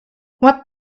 what